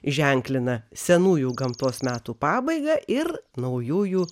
ženklina senųjų gamtos metų pabaigą ir naujųjų